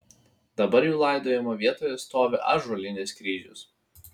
dabar jų laidojimo vietoje stovi ąžuolinis kryžius